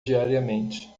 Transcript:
diariamente